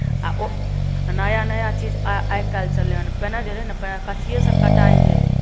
आ ओ नया नया चीज आइ काल्हि चललै हेँ पहिने जे रहै ने पहिने कचिए से कटाइ होइत रहै